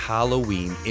Halloween